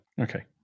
okay